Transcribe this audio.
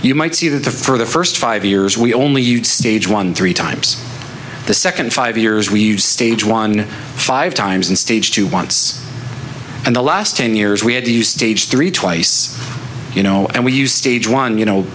you might see that the for the first five years we only use stage one three times the second five years we've stayed one five times and stage two wants and the last ten years we had the stage three twice you know and we use stage one you know